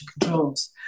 controls